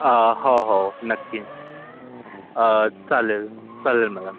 हो हो नक्की चालेल चालेल मला